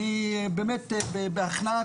אני בהכנעה,